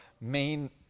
main